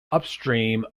upstream